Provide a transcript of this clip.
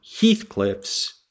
Heathcliff's